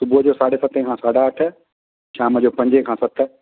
सुबुह जो साढे सतें खां साढा अठ शाम जो पंजें खां सत